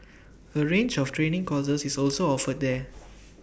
A range of training courses is also offered there